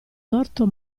torto